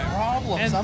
problems